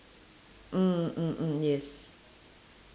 mm mm mm mm yes